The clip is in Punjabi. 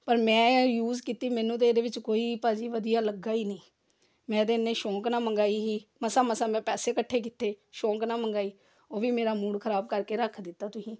ਪਰ ਮੈਂ ਯੂਜ਼ ਕੀਤੀ ਮੈਨੂੰ ਤਾਂ ਇਹਦੇ ਵਿੱਚ ਕੋਈ ਭਾਅ ਜੀ ਵਧੀਆ ਲੱਗਾ ਹੀ ਨਹੀਂ ਮੈਂ ਤਾਂ ਇੰਨੇ ਸ਼ੌਕ ਨਾਲ ਮੰਗਵਾਈ ਸੀ ਮਸਾ ਮਸਾ ਮੈਂ ਪੈਸੇ ਇਕੱਠੇ ਕੀਤੇ ਸ਼ੌਕ ਨਾਲ ਮੰਗਵਾਈ ਉਹ ਵੀ ਮੇਰਾ ਮੂਡ ਖ਼ਰਾਬ ਕਰਕੇ ਰੱਖ ਦਿੱਤਾ ਤੁਸੀਂ